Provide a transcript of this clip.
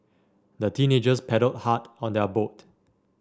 the teenagers paddled hard on their boat